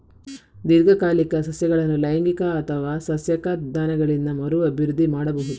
ದೀರ್ಘಕಾಲಿಕ ಸಸ್ಯಗಳನ್ನು ಲೈಂಗಿಕ ಅಥವಾ ಸಸ್ಯಕ ವಿಧಾನಗಳಿಂದ ಮರು ಅಭಿವೃದ್ಧಿ ಮಾಡಬಹುದು